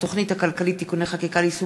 התוכנית הכלכלית (תיקוני חקיקה ליישום